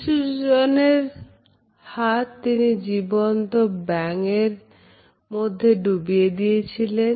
কিছু জনের হাত তিনি জীবন্ত ব্যাঙের এরমধ্যে ডুবিয়ে দিয়েছিলেন